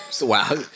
wow